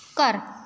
ਘਰ